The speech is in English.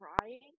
crying